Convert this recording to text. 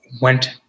went